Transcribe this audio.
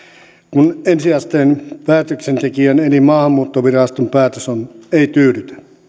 kun ensiasteen päätöksentekijän eli maahanmuuttoviraston päätös ei